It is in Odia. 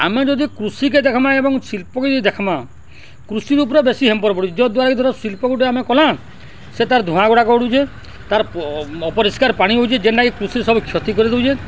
ଆମେ ଯଦି କୃଷିକେ ଦେଖ୍ମା ଏବଂ ଶିଳ୍ପକେ ଯଦି ଦେଖ୍ମା କୃଷି ଉପରେ ବେଶୀ ହେମ୍ପର ପଡ଼ୁ ଯଦ୍ୱାରାକି ଧର ଶିଳ୍ପ ଗୋଟେ ଆମେ କଲା ସେ ତା'ର ଧୂଆଁ ଗୁଡ଼ାକ ଉଡ଼ୁଛେ ତା'ର ଅପରିଷ୍କାର ପାଣି ହେଉଛି ଯେନ୍ଟାକି କୃଷି ସବୁ କ୍ଷତି କରିଦେଉଛେ